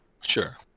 Sure